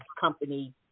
company